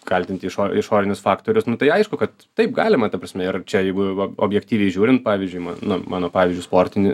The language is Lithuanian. kaltinti išo išorinius faktorius nu tai aišku kad taip galima ta prasme ir čia jeigu objektyviai žiūrint pavyzdžiui ma nu mano pavyzdžiu sportini